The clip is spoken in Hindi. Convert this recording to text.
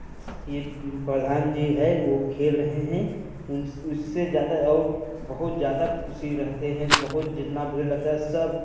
यह प्रधान जी है वह खेल रहे हैं उन उससे ज़्यादा और बहुत ज़्यादा खुशी रहते हैं बहुत जितना भीड़ लगता है सब